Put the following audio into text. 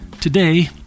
Today